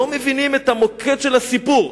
לא מבינים את המוקד של הסיפור,